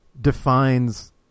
defines